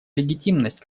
легитимность